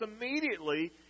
immediately